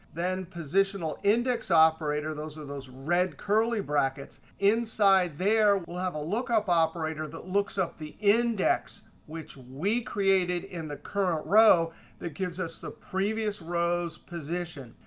then positional index operator, those are those red curly brackets. inside there, we'll have a look up operator that looks up the index which we created in the current row that gives us the previous row's position.